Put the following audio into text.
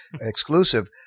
exclusive